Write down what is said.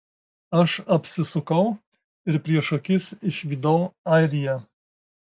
aš apsisukau ir prieš akis išvydau airiją